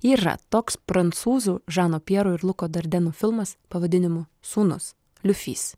yra toks prancūzų žano pjero ir luko dardeno filmas pavadinimu sūnus liu fys